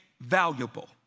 valuable